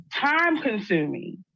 time-consuming